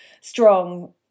strong